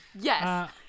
yes